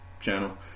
channel